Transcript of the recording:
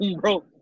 bro